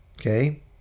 okay